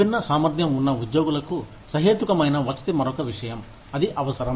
విభిన్న సామర్థ్యం ఉన్న ఉద్యోగులకు సహేతుకమైన వసతి మరొక విషయం అది అవసరం